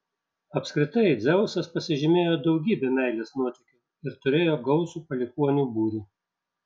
apskritai dzeusas pasižymėjo daugybe meilės nuotykių ir turėjo gausų palikuonių būrį